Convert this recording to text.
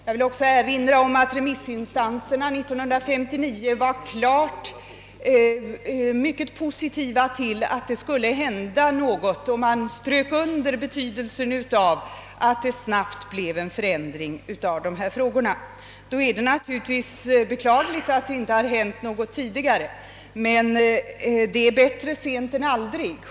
Jag vill också erinra om att remissinstanserna 1959 ställde sig mycket positiva till att något skulle göras och underströk betydelsen av att det snabbt blev en förändring. Då är det naturligtvis beklagligt att något inte skett tidigare. Men bättre sent än aldrig!